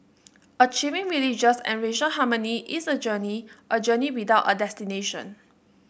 achieving religious and racial harmony is a journey a journey without a destination